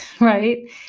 Right